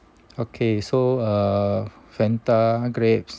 okay so err fanta grapes